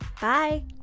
Bye